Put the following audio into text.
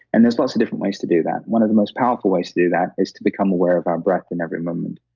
and there's lots of different ways to do that. one of the most powerful ways to do that is to become aware of our breath in every moment.